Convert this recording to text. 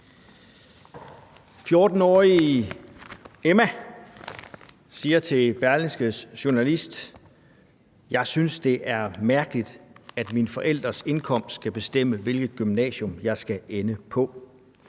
14-årige Emma siger til Berlingskes journalist: »Jeg synes, det er mærkeligt, at mine forældres indkomst skal bestemme, hvilket gymnasium jeg skal ende på«.